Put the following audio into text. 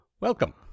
Welcome